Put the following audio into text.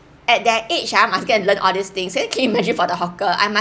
at that age ah must get and learn all these things then can you imagine for the hawker I